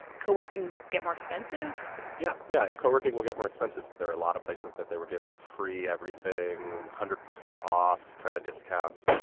coworking will get more expensive? yeah, yeah coworking will get more expensive. there are a lot of places that they were giving free everything, one hundred percent off kind of discounts.